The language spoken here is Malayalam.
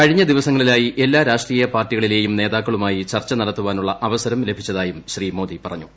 കഴിഞ്ഞ ദിവസങ്ങളിലായി എല്ലാ രാഷ്ട്രീയ പാർട്ടികളിലേയും നേതാക്കളുമായി ചർച്ച നടത്താനുളള അവസരം ലഭിച്ചതായും ൃശ്രീ മോദി പറഞ്ഞു